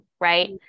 Right